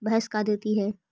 भैंस का देती है?